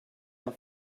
der